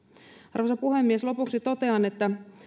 arvoisa puhemies lopuksi totean että